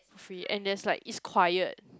we end this like it's quite